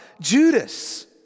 Judas